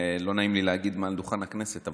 לא נעים לי להגיד מעל דוכן הכנסת,